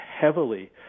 heavily